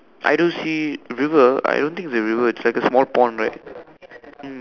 I don't see river I don't think it's a river it's like a small pond right mm